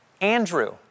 Andrew